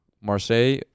Marseille